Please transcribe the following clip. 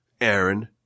Aaron